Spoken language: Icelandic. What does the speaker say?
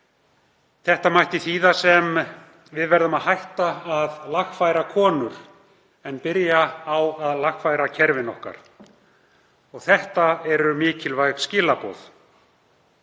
Þetta mætti þýða þannig: Við verðum að hætta að lagfæra konur og byrja á að lagfæra kerfin okkar. Þetta eru mikilvæg skilaboð.